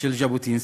של ז'בוטינסקי.